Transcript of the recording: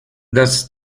dass